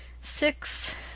six